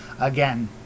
again